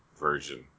version